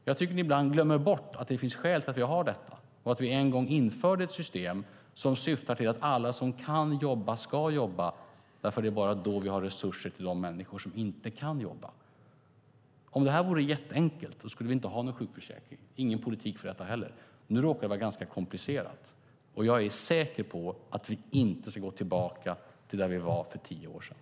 Jag tycker att ni ibland glömmer bort att det finns skäl till att vi har dessa och att vi en gång införde ett system som syftar till att alla som kan jobba ska jobba. Det är nämligen bara då vi får resurser till de människor som inte kan jobba. Om detta vore jätteenkelt skulle vi inte ha någon sjukförsäkring eller sjukförsäkringspolitik. Nu råkar det vara ganska komplicerat, och jag menar bestämt att vi inte ska gå tillbaka till hur det var för tio år sedan.